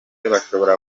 bashobora